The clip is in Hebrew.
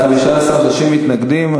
בבקשה.